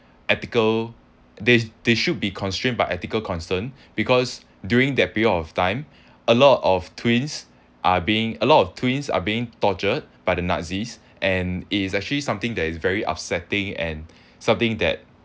ethical they they should be constrained by ethical concern because during that period of time a lot of twins are being a lot of twins are being tortured by the nazis and is actually something that is very upsetting and something that